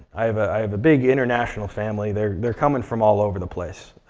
i have i have a big international family. they're they're coming from all over the place.